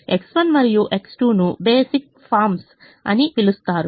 X1 మరియు X2 ను basis forms అని పిలుస్తారు